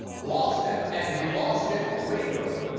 lost it and he lost it legally.